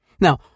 Now